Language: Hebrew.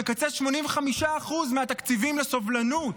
מקצץ 85% מהתקציבים לסובלנות.